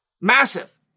Massive